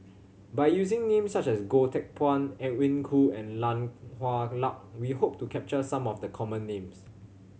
by using names such as Goh Teck Phuan Edwin Koo and Tan Hwa Luck we hope to capture some of the common names